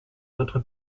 notre